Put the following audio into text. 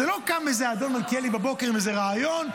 זה לא שקם איזה אדון מלכיאלי בבוקר עם איזה רעיון,